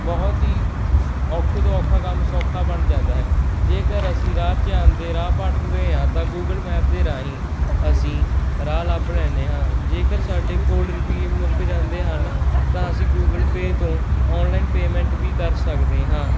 ਬਹੁਤ ਹੀ ਸ ਔਖੇ ਤੋਂ ਔਖਾ ਕੰਮ ਸੌਖਾ ਬਣ ਜਾਂਦਾ ਹੈ ਜੇਕਰ ਅਸੀਂ ਰਾਹ 'ਚ ਜਾਂਦੇ ਰਾਹ ਭਟਕ ਗਏ ਹਾਂ ਤਾਂ ਗੂਗਲ ਮੈਪ ਦੇ ਰਾਹੀਂ ਅਸੀਂ ਰਾਹ ਲੱਭ ਲੈਂਦੇ ਹਾਂ ਜੇਕਰ ਸਾਡੇ ਕੋਲ ਰੁਪਈਏ ਮੁੱਕ ਜਾਂਦੇ ਹਨ ਤਾਂ ਅਸੀਂ ਗੂਗਲ ਪੇਅ ਤੋਂ ਔਨਲਾਈਨ ਪੇਮੈਂਟ ਵੀ ਕਰ ਸਕਦੇ ਹਾਂ